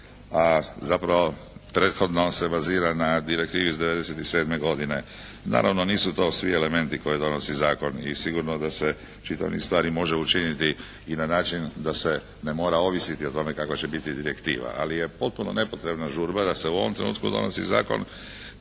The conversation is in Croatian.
a zapravo prethodno se bazira na Direktivi iz '97. godine. Naravno, nisu to svi elementi koje donosi zakon i sigurno da se čitav niz stvari može učiniti i na način da se ne mora ovisiti o tome kakva će biti direktiva ali je potpuno nepotrebna žurba da se u ovom trenutku donosi zakon